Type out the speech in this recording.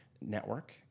network